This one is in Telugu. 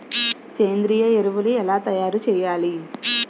సేంద్రీయ ఎరువులు ఎలా తయారు చేయాలి?